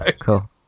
cool